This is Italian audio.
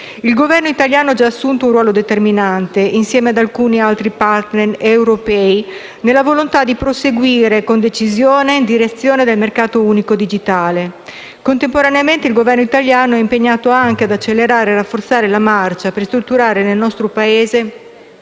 Il Governo italiano ha già assunto un ruolo determinante, insieme ad alcuni *partner* europei, nella volontà di proseguire con decisione in direzione del mercato unico digitale. Contemporaneamente, il Governo italiano è impegnato ad accelerare e rafforzare la marcia per strutturare nel nostro Paese